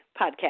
podcast